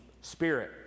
spirit